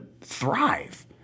thrive